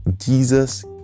Jesus